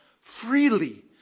freely